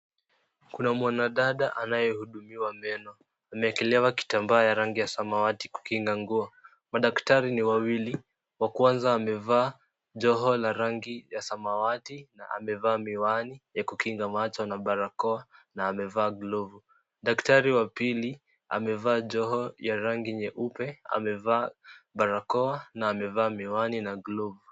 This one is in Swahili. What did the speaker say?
Kuna mwanadada anayetibiwa meno, amewekelewa kitambaa ya rangi ya samawati kukinga nguo. Madaktari ni wawili, wa kwanza amevaa joho la rangi ya samawati, na amevaa miwani ya kukinga macho na barakoa, na amevaa glovu. Daktari wa pili, amevaa joho ya rangi nyeupe, amevaa barakoa na amevaa miwani na glovu.